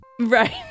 Right